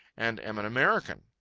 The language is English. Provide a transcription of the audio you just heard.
and am an american.